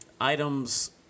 items –